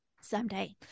someday